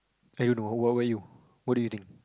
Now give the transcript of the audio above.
I don't know what about you what do you think